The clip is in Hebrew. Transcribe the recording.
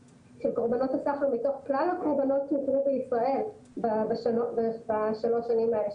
קורבנות הסחר מתוך כלל הקורבנות שיש בישראל בשלוש שנים האלה,